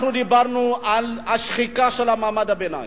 אנחנו דיברנו על השחיקה של מעמד הביניים.